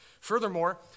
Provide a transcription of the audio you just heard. Furthermore